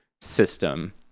system